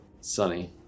Sunny